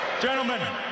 Gentlemen